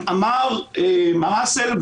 אמר מר אסל,